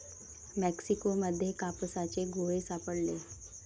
Mexico मध्ये कापसाचे गोळे सापडले